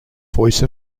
voice